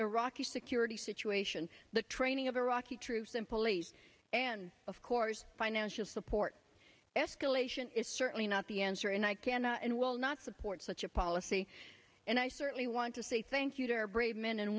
iraqi security situation the training of iraqi troops and police and of course financial support escalation is certainly not the answer and i cannot and will not support such a policy and i certainly want to say thank you to our brave men and